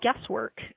guesswork